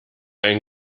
ein